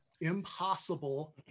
impossible